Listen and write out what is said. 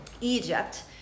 Egypt